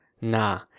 Nah